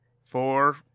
four